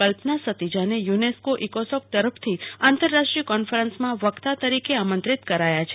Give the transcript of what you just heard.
કલ્પના સતીજાને યૂનેસ્કો ઈકોસોક તરફ થી આંતરરાષ્ટીય કોન્ફરન્સમાં વકતા તરીકે આમંત્રીત કરાયા છે